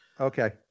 okay